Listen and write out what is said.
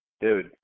dude